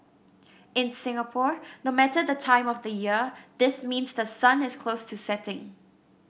in Singapore no matter the time of the year this means the sun is close to setting